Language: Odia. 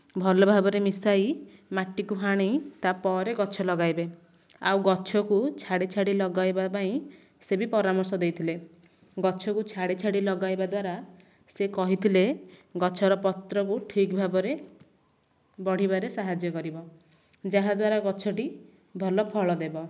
ଭଲ ଭାବରେ ମିଶାଇ ମାଟିକୁ ହାଣି ତା'ପରେ ଗଛ ଲଗାଇବେ ଆଉ ଗଛକୁ ଛାଡ଼ି ଛାଡ଼ି ଲଗାଇବା ପାଇଁ ସେ ବି ପରାମର୍ଶ ଦେଇଥିଲେ ଗଛକୁ ଛାଡ଼ି ଛାଡ଼ି ଲଗାଇବା ଦ୍ଵାରା ସେ କହିଥିଲେ ଗଛର ପତ୍ରକୁ ଠିକ ଭାବରେ ବଢ଼ିବାରେ ସାହାଯ୍ୟ କରିବ ଯାହାଦ୍ଵାରା ଗଛଟି ଭଲ ଫଳ ଦେବ